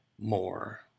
more